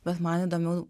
bet man įdomiau